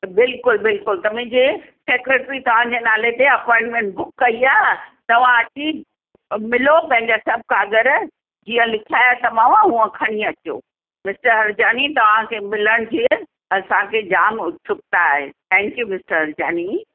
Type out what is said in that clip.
बिल्कुलु बिल्कुलु त मुंहिंजे सेक्रेटरी तव्हांजे नाले ते अपॉइंटमेंट बुक कई आहे तव्हां अची मिलो पंहिंजा सभु काग़र जीअं लिखाया अथवमांव उअं खणी अचो मिस्टर हरजाणी तव्हांखे मिलण जी असांखे जामु उत्सुक्ता आहे थैंक्यू मिस्टर हरजाणी